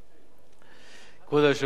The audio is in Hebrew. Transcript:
כבוד היושב-ראש, חברי חברי הכנסת,